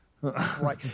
Right